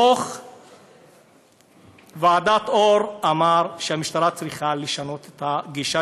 דוח ועדת אור אמר שהמשטרה צריכה לשנות את הגישה